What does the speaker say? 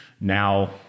now